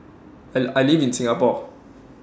I I live in Singapore